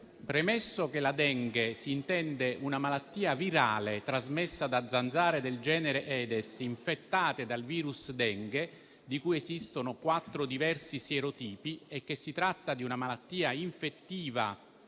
Premetto che per Dengue si intende una malattia virale trasmessa da zanzare del genere Aedes, infettate dal virus Dengue, di cui esistono quattro diversi sierotipi, e che si tratta di una malattia infettiva